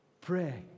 Pray